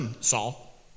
Saul